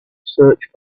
search